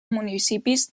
municipis